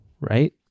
right